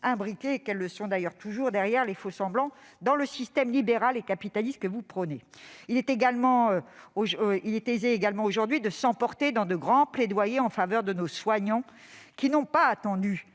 imbriquées- elles le sont d'ailleurs toujours, derrière les faux-semblants -dans le système libéral et capitaliste que vous prônez. Il est également aisé de s'emporter dans de grands plaidoyers en faveur de nos soignants, qui n'ont pas attendu